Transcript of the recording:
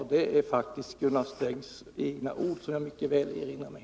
Ja, det är faktiskt Gunnar Strängs egna ord som jag mycket väl erinrar mig.